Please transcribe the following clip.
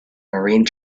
marine